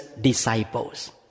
disciples